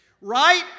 right